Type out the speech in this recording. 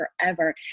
forever